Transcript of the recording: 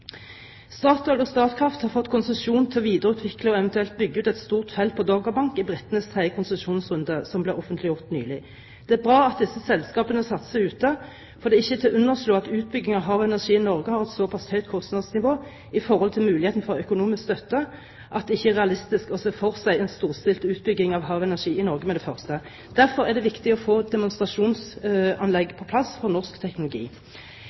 Statoil og Statkraft har fått konsesjon til å videreutvikle og eventuelt bygge ut et stort felt på Doggerbank i britenes tredje konsesjonsrunde, som ble offentliggjort nylig. Det er bra at disse selskapene satser ute, for det er ikke til å underslå at utbygging av havenergi i Norge har et såpass høyt kostnadsnivå i forhold til muligheter for økonomisk støtte at det ikke er realistisk å se for seg en storstilt utbygging av havenergi i Norge med det første. Derfor er det viktig å få et demonstrasjonsanlegg for norsk teknologi